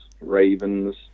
Ravens